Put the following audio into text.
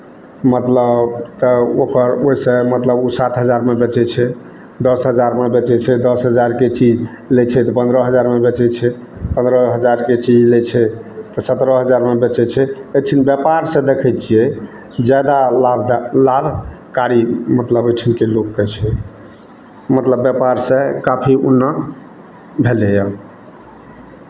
मतलब तऽ ओकर ओहिसँ मतलब ओ सात हजारमे बेचै छै दस हजारमे बेचै छै दस हजारके चीज लै छै तऽ पन्द्रह हजारमे बेचै छै पन्द्रह हजारके चीज लै छै तऽ सत्रह हजारमे बेचै छै एहिठिन व्यापारसँ देखै छियै जादा लाभदा लाभकारी मतलब एहिठुनके लोकके छै मतलब व्यापारसँ काफी उन्नत भेलैए